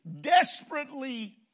desperately